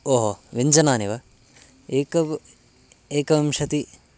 ओहो व्यञ्जनानि वा एकम् एकविंशतिः